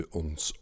ons